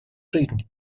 жизнь